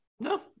No